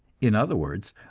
in other words,